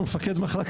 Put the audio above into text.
נתנו להם בכלכלה.